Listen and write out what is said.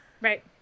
Right